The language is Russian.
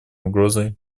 угрозой